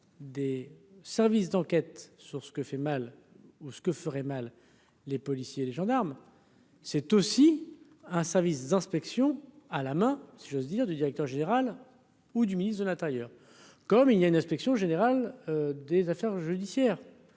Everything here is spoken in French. des services d'enquête sur ce que fait mal ou ce que ferait mal les policiers et les gendarmes, c'est aussi un service d'inspection à la main, si j'ose dire, du directeur général ou du ministre de l'Intérieur, comme il y a une inspection générale des affaires judiciaires,